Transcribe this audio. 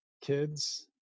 kids